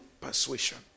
persuasion